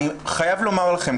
אני חייב לומר לכם,